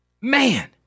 Man